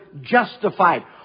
justified